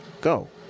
go